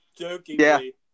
Jokingly